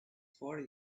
for